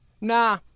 Nah